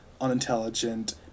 unintelligent